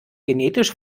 genetisch